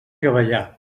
treballar